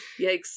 Yikes